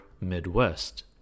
Midwest